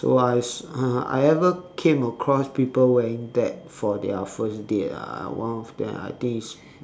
so I I ever came across people wearing that for their first date ah one of them I think is